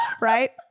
right